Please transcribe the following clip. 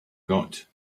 got